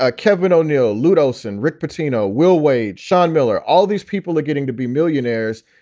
ah kevin o'neill, low-dose and rick pitino will wait. sean miller, all these people are getting to be millionaires.